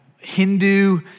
Hindu